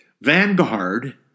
Vanguard